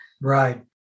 Right